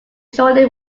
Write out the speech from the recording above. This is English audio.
surely